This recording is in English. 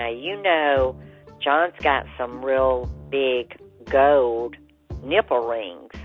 ah you know john's got some real big gold nipple rings.